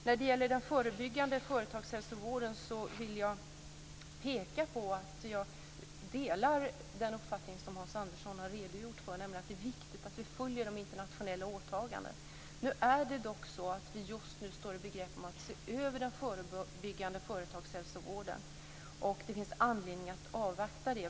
När det gäller den förebyggande företagshälsovården delar jag den uppfattning som Hans Andersson har redogjort för, nämligen att det är viktigt att vi följer de internationella åtagandena. Men vi står just nu i begrepp att se över den förebyggande företagshälsovården. Det finns anledning att avvakta.